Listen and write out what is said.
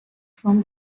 from